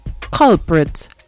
culprit